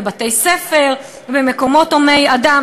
בבתי-ספר ובמקומות הומי אדם.